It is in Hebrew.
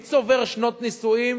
מי צובר שנות נישואים